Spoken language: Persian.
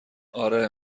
آره